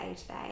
today